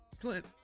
Clint